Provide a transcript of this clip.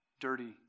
dirty